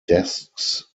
desks